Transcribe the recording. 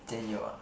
then you are